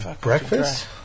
breakfast